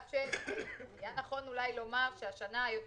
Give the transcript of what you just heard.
שזה אומר מפרנס עיקרי או עם ילד -- ככל שזה הופך